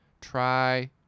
try